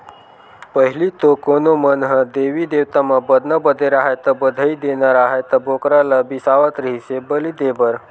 पहिली तो कोनो मन ह देवी देवता म बदना बदे राहय ता, बधई देना राहय त बोकरा ल बिसावत रिहिस हे बली देय बर